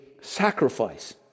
sacrifice